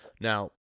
Now